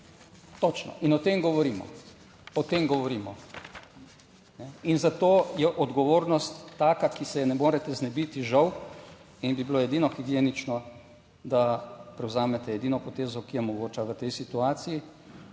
točno in o tem govorimo, o tem govorimo. In zato je odgovornost taka, ki se je ne morete znebiti, žal, in bi bilo edino higienično, da prevzamete edino potezo, ki je mogoča v tej situaciji,